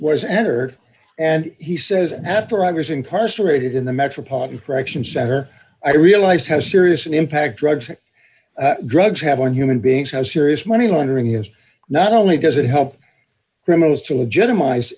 was entered and he says after i was incarcerated in the metropolitan fractions center i realize how serious an impact drugs drugs have on human beings how serious money laundering is not only does it help criminals to legitimize